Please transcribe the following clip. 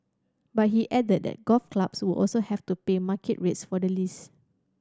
but he added that golf clubs would also have to pay market rates for the lease